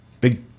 big